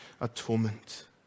atonement